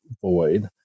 void